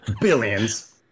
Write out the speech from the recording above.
billions